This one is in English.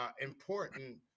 important